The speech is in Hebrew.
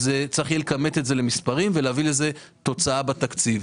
צריך יהיה לכמת את זה למספרים ולהביא תוצאה בתקציב.